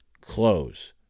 close